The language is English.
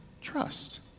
trust